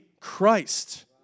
Christ